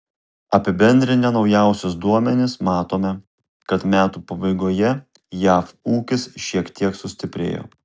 apibendrinę naujausius duomenis matome kad metų pabaigoje jav ūkis šiek tiek sustiprėjo